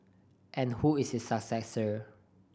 and who is his successor